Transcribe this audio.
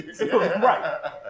Right